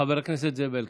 חבר הכנסת זאב אלקין,